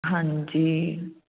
ਹਾਂਜੀ